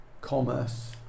commerce